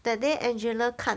that day angela 看